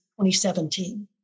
2017